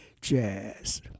jazz